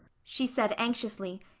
she said anxiously,